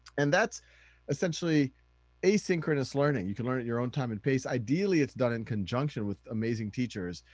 and that's essentially asynchronous learning, you can learn at your own time and pace. ideally, it's done in conjunction with amazing teachers.